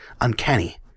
uncanny